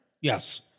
Yes